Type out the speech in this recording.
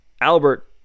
Albert